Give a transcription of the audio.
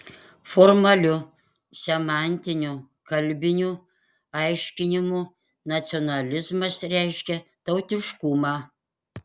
formaliu semantiniu kalbiniu aiškinimu nacionalizmas reiškia tautiškumą